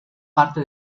parte